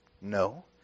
No